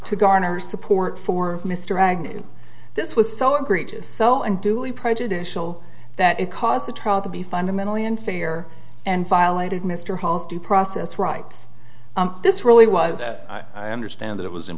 to garner support for mr agnew this was so egregious so and duly prejudicial that it caused the trial to be fundamentally unfair and violated mr hall's due process rights this really was understand that it was